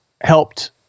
helped